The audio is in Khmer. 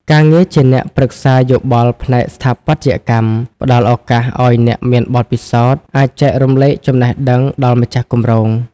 ការងារជាអ្នកប្រឹក្សាយោបល់ផ្នែកស្ថាបត្យកម្ម ផ្ដល់ឱកាសឱ្យអ្នកមានបទពិសោធន៍អាចចែករំលែកចំណេះដឹងដល់ម្ចាស់គម្រោង។